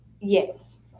Yes